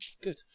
Good